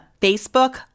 Facebook